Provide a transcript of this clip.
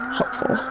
helpful